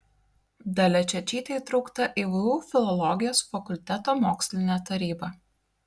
dalia čiočytė įtraukta į vu filologijos fakulteto mokslinę tarybą